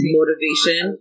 motivation